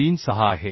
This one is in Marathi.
36 आहे